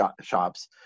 shops